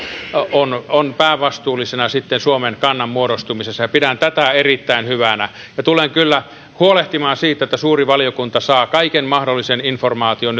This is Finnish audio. on on päävastuullisena suomen kannan muodostumisessa ja pidän tätä erittäin hyvänä tulen kyllä huolehtimaan siitä että suuri valiokunta saa kaiken mahdollisen informaation